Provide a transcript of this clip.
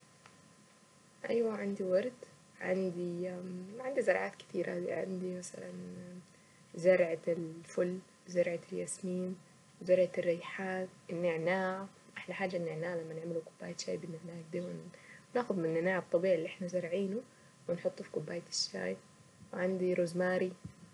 ايوا عندي ورد عندي زرعات كتيرة مثلا زرع زي زرعة الفل زرعة الياسمين وزرعة الريحان النعناع احلى حاجة النعناع لما نعملوا كوباية شاي بالنعناع كده، ناخد من النعناع الطبيعي اللي احنا زارعينه ونحطه في كوباية الشاي وعندي روز ماري.